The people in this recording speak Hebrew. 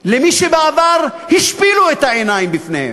למי שבעבר השפילו את העיניים בפניהם,